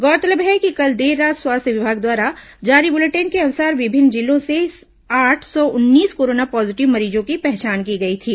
गौरतलब है कि कल देर रात स्वास्थ्य विभाग द्वारा जारी बुलेटिन के अनुसार विभिन्न जिलों से आठ सौ उन्नीस कोरोना पॉजिटिव मरीजों की पहचान की गई थी